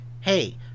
hey